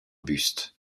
buste